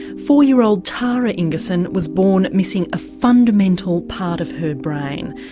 four-year-old tara ingerson was born missing a fundamental part of her brain,